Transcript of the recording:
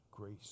grace